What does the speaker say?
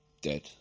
Dead